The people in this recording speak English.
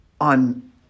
on